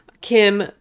Kim